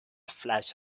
flash